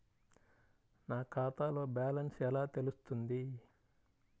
నా ఖాతాలో బ్యాలెన్స్ ఎలా తెలుస్తుంది?